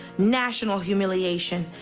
national humiliation,